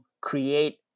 create